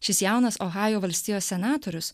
šis jaunas ohajo valstijos senatorius